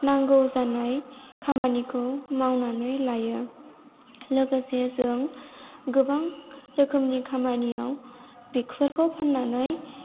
नांगौ जानाय खामानिखौ मावनानै लायो लोगोसे जों गोबां रोखोमनि खामानियाव बेफोरखौ फाननानै